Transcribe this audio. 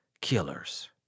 killers